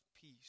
peace